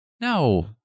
No